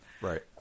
Right